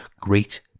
Great